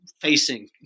facing